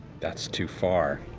that's too far.